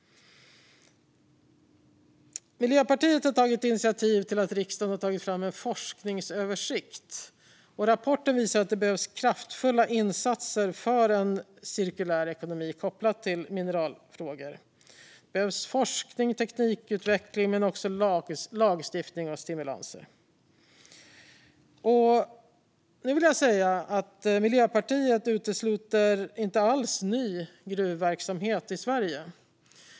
Miljöpartiet har tagit initiativ till en forskningsöversikt som riksdagen tagit fram. Rapporten visar att det behövs kraftfulla insatser för en cirkulär ekonomi kopplat till mineralfrågor. Det behövs forskning och teknikutveckling, men också lagstiftning och stimulanser. Miljöpartiet utesluter inte alls ny gruvverksamhet i Sverige.